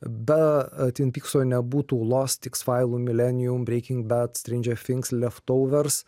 be tvin pykso nebūtų lost iks failų millennium breaking bad stranger things leftovers